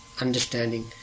understanding